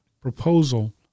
proposal